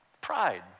Pride